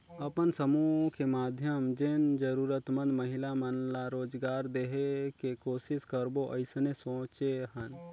अपन समुह के माधियम जेन जरूरतमंद महिला मन ला रोजगार देहे के कोसिस करबो अइसने सोचे हन